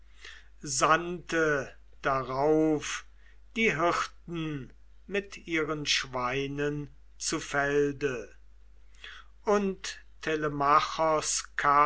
sandte darauf die hirten mit ihren schweinen zu felde und